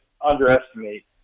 underestimate